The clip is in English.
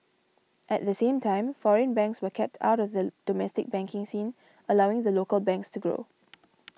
at the same time foreign banks were kept out of the domestic banking scene allowing the local banks to grow